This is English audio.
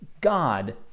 God